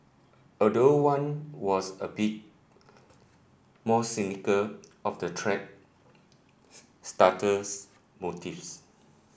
although one was a bit more cynical of the thread starter's motives